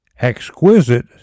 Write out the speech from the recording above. exquisite